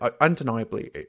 Undeniably